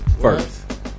First